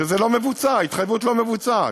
שזה לא מבוצע, ההתחייבות לא מבוצעת.